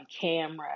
camera